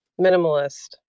Minimalist